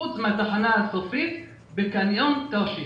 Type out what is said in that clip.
חוץ מהתחנה הסופית בקניון תרשיחא.